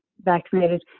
vaccinated